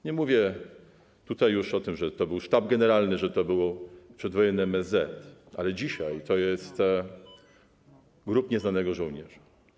Nie mówię już o tym, że to był sztab generalny, że to było przedwojenne MSZ, ale dzisiaj to jest Grób Nieznanego Żołnierza.